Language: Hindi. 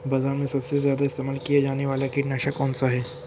बाज़ार में सबसे ज़्यादा इस्तेमाल किया जाने वाला कीटनाशक कौनसा है?